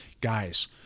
Guys